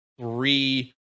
three